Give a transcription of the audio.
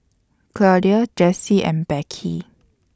Claudie Jessie and Becky